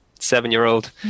seven-year-old